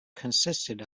consisted